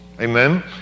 Amen